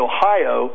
Ohio